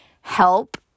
help